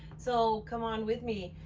so come on with me.